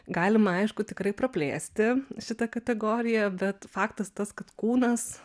galima aišku tikrai praplėsti šitą kategoriją bet faktas tas kad kūnas